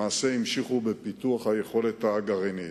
למעשה המשיכו בפיתוח היכולת הגרעינית.